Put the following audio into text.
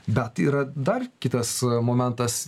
bet yra dar kitas momentas